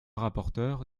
rapporteur